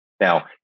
Now